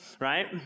right